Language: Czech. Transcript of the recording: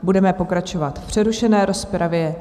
Budeme pokračovat v přerušené rozpravě.